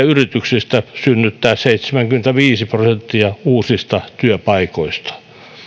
yrityksistä synnyttää seitsemänkymmentäviisi prosenttia uusista työpaikoista